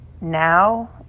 now